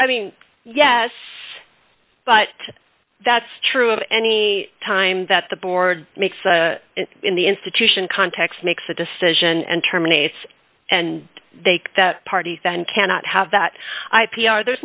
i mean yes but that's true of any time that the board makes a in the institution context makes a decision and terminates and they that party then cannot have that i p r there's